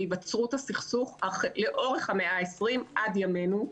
בהיווצרות הסכסוך לאורך המאה העשרים עד ימינו,